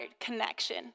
connection